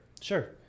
sure